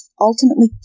ultimately